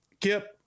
Kip